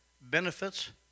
Benefits